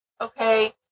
okay